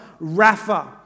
Rapha